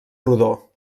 rodó